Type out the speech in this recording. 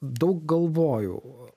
daug galvojau